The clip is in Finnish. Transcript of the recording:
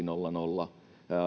nolla nolla